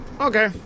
Okay